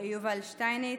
יובל שטייניץ,